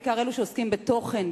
בעיקר אלה שעוסקים בתוכן,